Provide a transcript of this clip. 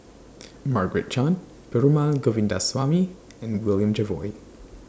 Margaret Chan Perumal Govindaswamy and William Jervois